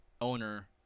owner